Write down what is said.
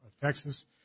Texas